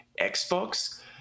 Xbox